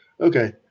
okay